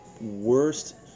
worst